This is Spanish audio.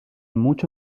mucho